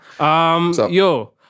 yo